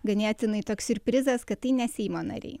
ganėtinai toks siurprizas kad tai ne seimo nariai